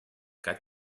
got